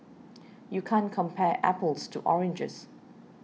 you can't compare apples to oranges